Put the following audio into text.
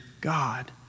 God